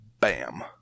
Bam